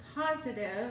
positive